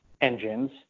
engines